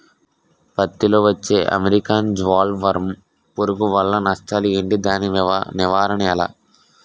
పత్తి లో వచ్చే అమెరికన్ బోల్వర్మ్ పురుగు వల్ల నష్టాలు ఏంటి? దాని నివారణ ఎలా?